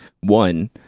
One